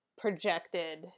projected